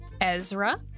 Ezra